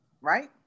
right